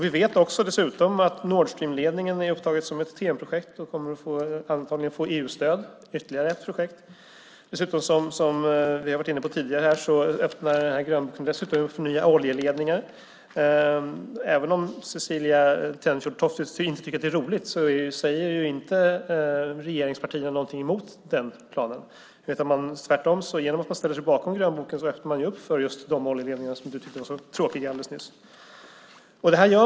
Vi vet dessutom att Nord Stream-ledningen är upptagen som ett TEN-projekt och antagligen kommer att få EU-stöd - ytterligare ett projekt. Som vi har varit inne på tidigare här öppnar grönboken dessutom för nya oljeledningar. Även om Cecilie Tenfjord-Toftby inte tycker att det är roligt, säger inte regeringspartierna någonting emot den planen. Genom att man ställer sig bakom grönboken öppnar man tvärtom för just de oljeledningar som du tyckte var så tråkiga alldeles nyss.